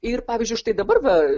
ir pavyzdžiui štai dabar va